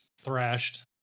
thrashed